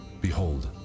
Behold